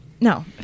no